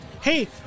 hey